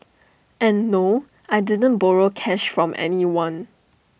and no I didn't borrow cash from anyone